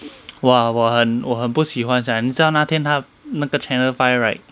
!wah! 我很我很不喜欢 sia 你知道那天他那个 channel five right